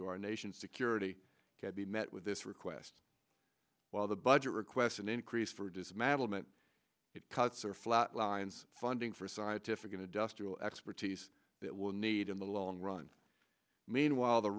to our nation's security could be met with this request while the budget requests an increase for dismantlement it cuts or flatlines funding for scientific and industrial expertise that will need in the long run meanwhile the